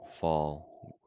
fall